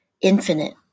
infinite